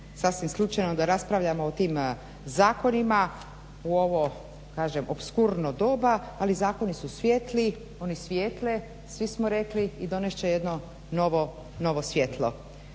sasvim slučajno da raspravljamo o tim zakonima u ovo opskurno doba, ali zakoni su svijetli, oni svijetle, svi smo rekli i donest će jedno novo svjetlo